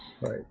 Right